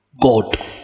God